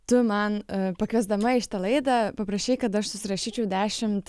tu man pakviesdama į šitą laidą paprašei kad aš susirašyčiau dešimt